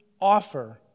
offer